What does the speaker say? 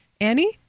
Annie